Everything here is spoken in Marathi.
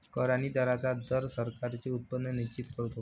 कर आणि दरांचा दर सरकारांचे उत्पन्न निश्चित करतो